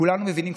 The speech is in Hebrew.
כולנו מבינים,